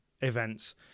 events